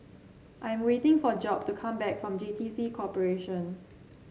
I'm waiting for Job to come back from J T C Corporation